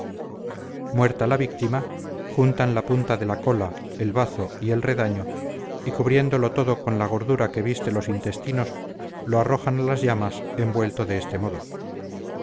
muerta la víctima juntan la punta de la cola el bazo y el redaño y cubriéndolo todo con la gordura que viste los intestinos lo arrojan a las llamas envuelto de este modo